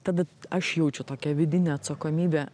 tada aš jaučiu tokią vidinę atsakomybę